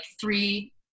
three